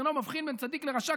אינו מבחין בין צדיק לרשע,